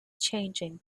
changing